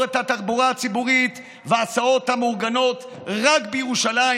את התחבורה הציבורית וההסעות המאורגנות רק בירושלים?